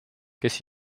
kes